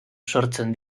sortzen